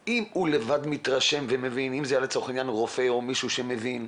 אם זה היה רופא או מישהו שמבין,